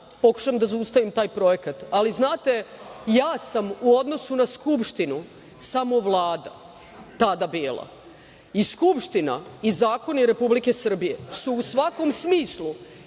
pokušam da zaustavim taj projekat, ali, znate, ja sam u odnosu na Skupštinu samo Vlada tada bila i Skupština i zakoni Republike Srbije su u svakom smislu